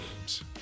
games